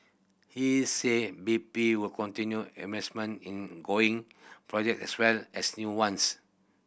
he said B P would continue investment in going projects as well as new ones